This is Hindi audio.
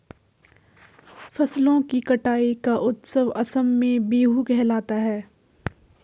फसलों की कटाई का उत्सव असम में बीहू कहलाता है